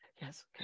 yes